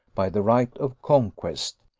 by the right of conquest.